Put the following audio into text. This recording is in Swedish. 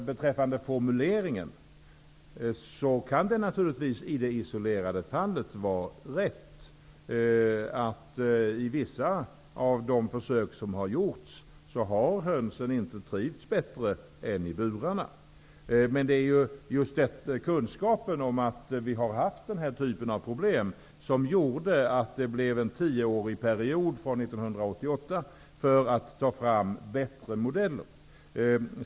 Beträffande formuleringen, kan det naturligtvis i det isolerade fallet vara riktigt att det i vissa av de försök som har gjorts har visat sig att hönsen inte trivs bättre utanför burarna. Det var just kunskapen om den här typen av problem som gjorde att det beslutades om en tioårsperiod från 1988 för att man skulle kunna ta fram bättre modeller.